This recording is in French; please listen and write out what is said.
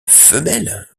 femelle